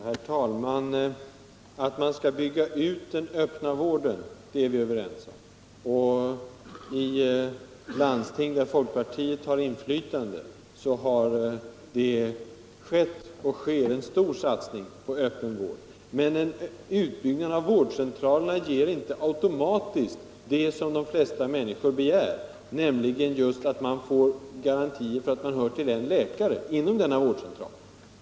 Herr talman! Att man skall bygga ut den öppna vården är vi överens om, och i landsting där folkpartiet har inflytande har det skett och sker en stor satsning på öppen vård. Men en utbyggnad av vårdcentralerna ger inte automatiskt det som de flesta människor begär, nämligen just att man får garantier för att man hör till en läkare inom denna vårdcentral.